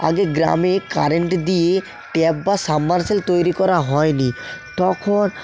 আগে গ্রামে কারেন্ট দিয়ে ট্যাপ বা সাবমার্শেল তৈরি করা হয়নি তখন